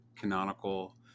canonical